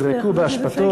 שנזרקו באשפתות.